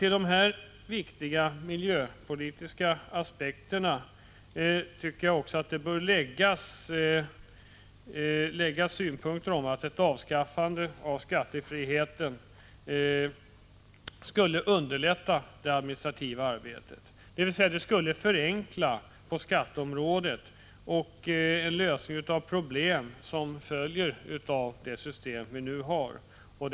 Till dessa viktiga miljöpolitiska aspekter bör enligt min mening också läggas synpunkten att ett avskaffande av skattefriheten skulle underlätta det administrativa arbetet. Det skulle bli en förenkling på skatteområdet, och problem som följer av det system vi nu har skulle lösas.